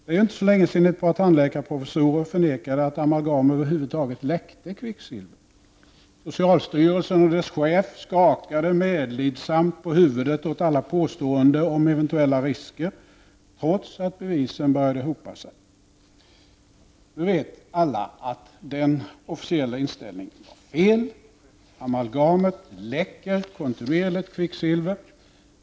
Det är ju inte så länge sedan ett par tandläkarprofessorer förnekade att amalgam över huvud taget läckte kvicksilver. Socialstyrelsen och dess chef skakade medlidsamt på huvudet åt alla påståenden om eventuella risker, trots att bevisen började hopa sig. Nu vet alla att denna officiella inställning var fel. Amalgamet läcker kontinuerligt kvicksilver.